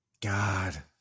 God